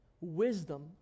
wisdom